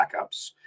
backups